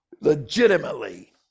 legitimately